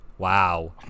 wow